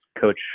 coach